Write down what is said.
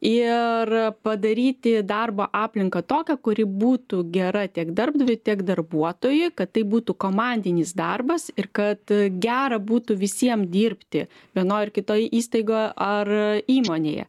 ir padaryti darbo aplinką tokią kuri būtų gera tiek darbdaviui tiek darbuotojui kad tai būtų komandinis darbas ir kad gera būtų visiem dirbti vienoj ar kitoj įstaigoje ar įmonėje